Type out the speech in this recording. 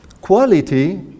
quality